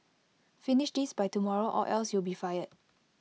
finish this by tomorrow or else you'll be fired